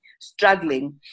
struggling